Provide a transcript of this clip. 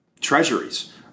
treasuries